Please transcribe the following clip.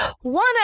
one